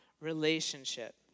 relationship